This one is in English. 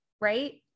right